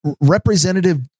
representative